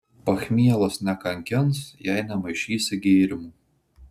pachmielas nekankins jei nemaišysi gėrimų